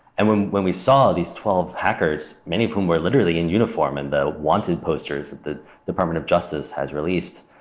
and when when we saw these twelve hackers, many of whom were literally in uniform in the wanted posters that the department of justice has released,